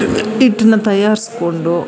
ಹಿಟ್ಟನ್ನು ತಯಾರಿಸ್ಕೊಂಡು